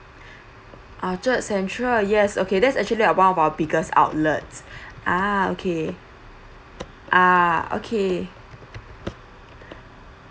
orchard central yes okay that's actually are one of our biggest outlet ah okay ah okay